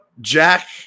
jack